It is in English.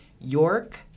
York